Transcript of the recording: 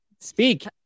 Speak